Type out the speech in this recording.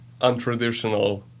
untraditional